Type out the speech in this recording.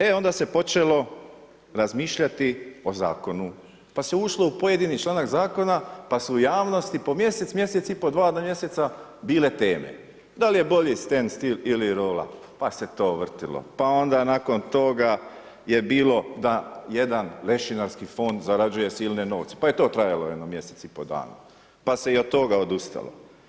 E onda se počelo razmišljati o zakonu, pa se ušlo u pojedini članak zakona pa su u javnosti po mjesec, mjeseci pol do dva mjeseca bile teme da li je bolje stand still ili roll up, pa se to vrtilo, pa onda nakon toga je bilo da jedan lešinarski fond zarađuje silne novce pa je to trajalo jedno mjesec i pol dana, pa se i od toga odustalo.